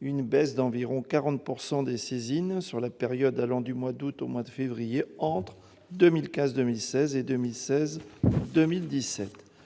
une baisse d'environ 40 % des saisines sur la période allant du mois d'août au mois de février entre 2015-2016 et 2016-2017.